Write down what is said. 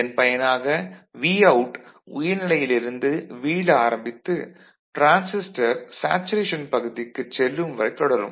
இதன் பயனாக Vout உயர் நிலையிலிருந்து வீழ ஆரம்பித்து டிரான்சிஸ்டர் சேச்சுரேஷன் பகுதிக்குச் செல்லும் வரை தொடரும்